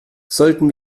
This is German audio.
sollten